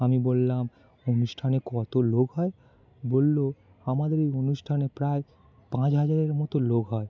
আমি বললাম অনুষ্ঠানে কত লোক হয় বলল আমাদের ওই অনুষ্ঠানে প্রায় পাঁচ হাজারের মতো লোক হয়